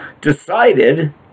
decided